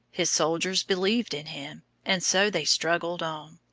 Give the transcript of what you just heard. his soldiers believed in him, and so they struggled on.